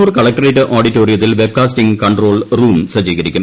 Kannur collectorate ഓഡിറ്റോറിയത്തിൽ webcasting control room സജ്ജീകരിക്കും